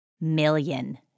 million